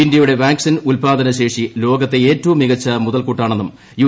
ഇന്ത്യയുടെ വാക്സിൻ ഉൽപാദന ശേഷി ലോകത്തെ ഏറ്റവും മികച്ച മുതൽകൂട്ടാണെന്നും യു